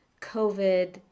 COVID